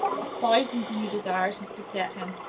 a thousand new desires beset him,